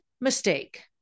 mistake